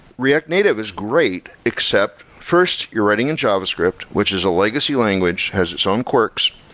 react native is great, except, first you're writing in javascript, which is a legacy language, has its own quirks.